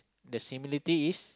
the similarity is